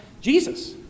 Jesus